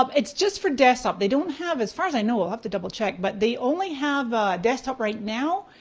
um it's just for desktop. they don't have, as far as i know, i'll have to double check but they only have desktop right now.